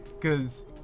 cause